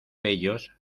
bellos